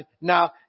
now